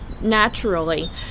naturally